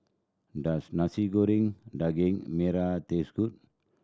does Nasi Goreng Daging Merah taste good